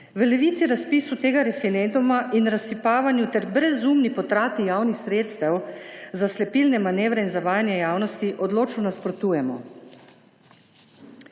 V Levici razpisu tega referenduma in razsipavanju ter brezumni potrati javnih sredstev za slepilne manevre in zavajanje javnosti odločno nasprotujemo.